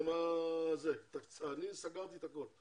תסגרי איתו,